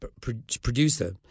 Producer